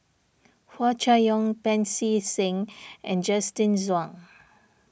Hua Chai Yong Pancy Seng and Justin Zhuang